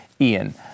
Ian